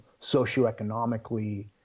socioeconomically